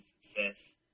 success